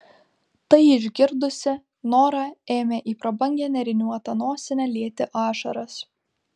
tai išgirdusi nora ėmė į prabangią nėriniuotą nosinę lieti ašaras